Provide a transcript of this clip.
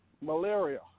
malaria